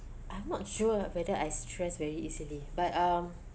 I'm not sure whether I stress very easily but um